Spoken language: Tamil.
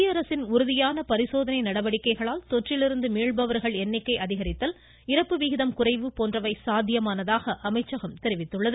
மத்திய அரசின் உறுதியான பரிசோதனை நடவடிக்கைகளால் தொற்றிலிருந்து மீள்பவர்கள் எண்ணிக்கை அதிகரித்தல் இறப்பு விகிதம் குறைவு போன்றவை சாத்தியமானதாக அமைச்சகம் தெரிவித்துள்ளது